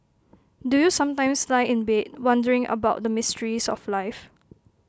do you sometimes lie in bed wondering about the mysteries of life